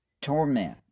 torment